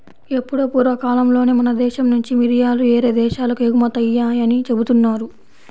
ఎప్పుడో పూర్వకాలంలోనే మన దేశం నుంచి మిరియాలు యేరే దేశాలకు ఎగుమతయ్యాయని జెబుతున్నారు